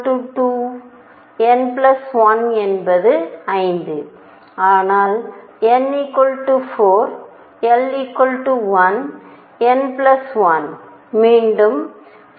n l என்பது 5 ஆனால் n 4 l 1 n l மீண்டும் 5